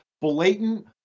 blatant